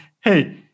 hey